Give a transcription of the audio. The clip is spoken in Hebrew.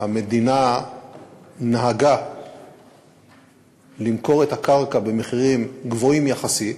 המדינה נהגה למכור את הקרקע במחירים גבוהים יחסית.